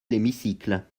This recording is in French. l’hémicycle